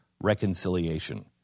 reconciliation